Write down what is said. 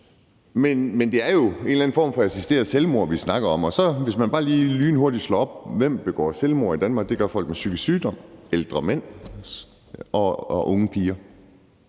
Men det er jo en eller anden form for assisteret selvmord, vi snakker om, og hvis man bare lige lynhurtigt slår op og ser på, hvem der begår selvmord i Danmark, så ser man, at det gør folk med psykisk sygdom, ældre mænd og unge piger.